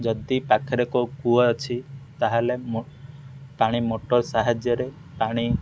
ଯଦି ପାଖରେ କେଉଁ କୂଅ ଅଛି ତାହେଲେ ପାଣି ମଟର ସାହାଯ୍ୟରେ ପାଣି